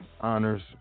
honors